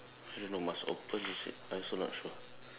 I don't know must open is it I also not sure